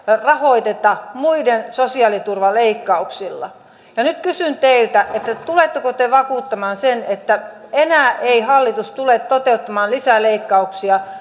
rahoiteta muiden sosiaaliturvaleikkauksilla nyt kysyn teiltä tuletteko te vakuuttamaan sen että enää ei hallitus tule toteuttamaan lisäleikkauksia